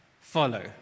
follow